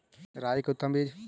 राई के उतम बिज?